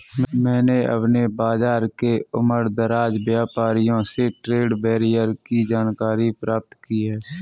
मैंने अपने बाज़ार के उमरदराज व्यापारियों से ट्रेड बैरियर की जानकारी प्राप्त की है